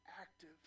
active